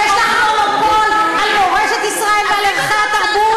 שיש לך מונופול על מורשת ישראל ועל ערכי התרבות?